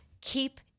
Keep